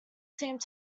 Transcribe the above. seemed